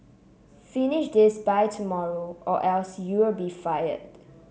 finish this by tomorrow or else you'll be fired